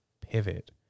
pivot